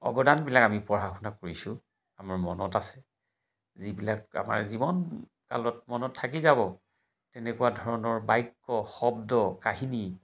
অৱদানবিলাক আমি পঢ়া শুনা কৰিছোঁ আমাৰ মনত আছে যিবিলাক আমাৰ জীৱন কালত মনত থাকি যাব তেনেকুৱা ধৰণৰ বাক্য শব্দ কাহিনী